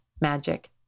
magic